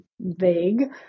vague